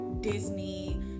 disney